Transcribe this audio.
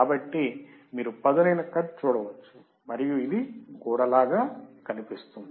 కాబట్టి మీరు పదునైన కట్ చూడవచ్చు మరియు ఇది గోడలా కనిపిస్తుంది